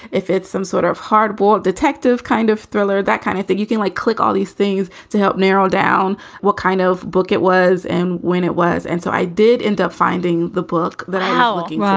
if it's some sort of hard-boiled detective kind of thriller, that kind of thing, you can like click all these things to help narrow down what kind of book it was and when it was. and so i did end up finding the book that i had looking.